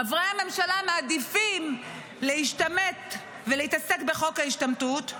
חברי הממשלה מעדיפים להשתמט ולהתעסק בחוק ההשתמטות,